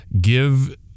give